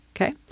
Okay